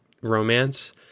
romance